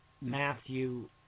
Matthew